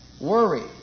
worry